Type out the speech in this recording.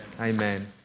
Amen